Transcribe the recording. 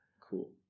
cool